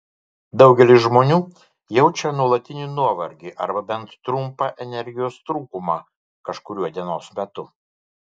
daugelis žmonių jaučia nuolatinį nuovargį arba bent trumpą energijos trūkumą kažkuriuo dienos metu